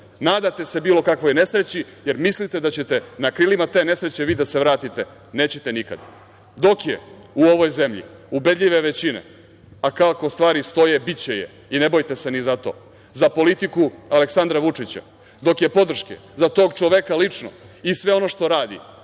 se bilo kakvoj nesreći, jer mislite da ćete na krilima te nesreće vi da se vratite. Nećete nikad. Dok je u ovoj zemlji ubedljive većine, a kako stvari stoje biće je i ne bojte se ni za to, za politiku Aleksandra Vučića, dok je podrške tog čoveka lično i sve ono što radi,